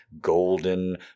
golden